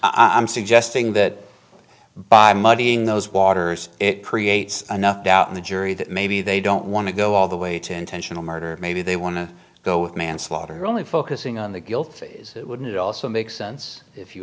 shot i'm suggesting that by muddying those waters it creates enough doubt in the jury that maybe they don't want to go all the way to intentional murder maybe they want to go with manslaughter only focusing on the guilt phase wouldn't it also make sense if you